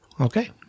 Okay